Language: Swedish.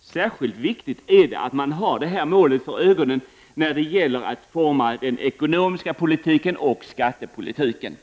Särskilt viktigt är det att man har detta mål för ögonen vid utformandet av den ekonomiska politiken och skattepolitiken.